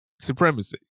supremacy